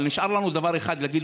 אבל נשאר לנו דבר אחד להגיד,